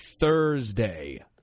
Thursday